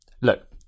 Look